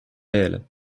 réel